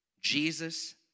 Jesus